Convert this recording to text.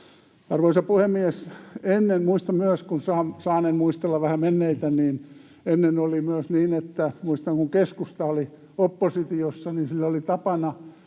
Arvoisa puhemies! Ennen oli myös niin... Saaneen muistella vähän menneitä. Muistan, kun keskusta oli oppositiossa, niin sillä oli tapana